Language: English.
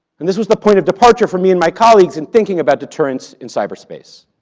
and this was the point of departure for me and my colleagues in thinking about deterrence in cyberspace.